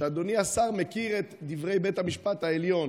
שאדוני השר מכיר את דברי בית המשפט העליון